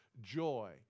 joy